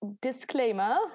disclaimer